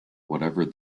whatever